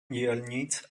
diaľnic